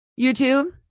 YouTube